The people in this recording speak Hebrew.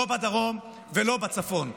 לא בדרום ולא בצפון,